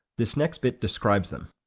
this next bit describes them.